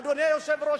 אדוני היושב-ראש,